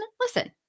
listen